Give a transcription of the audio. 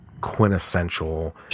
Quintessential